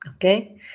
Okay